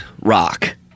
rock